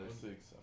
six